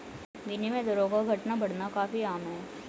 विनिमय दरों का घटना बढ़ना काफी आम है